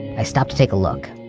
i stopped to take a look,